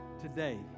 today